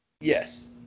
Yes